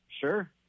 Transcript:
sure